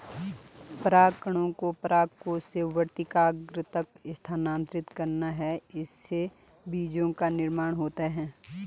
परागकणों को परागकोश से वर्तिकाग्र तक स्थानांतरित करना है, इससे बीजो का निर्माण होता है